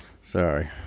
sorry